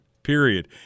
period